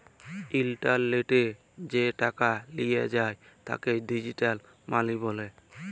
ইলটারলেটলে যে টাকাট লিয়া যায় তাকে ডিজিটাল মালি ব্যলে